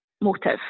motive